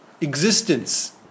existence